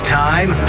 time